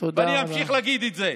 ואני אמשיך להגיד את זה.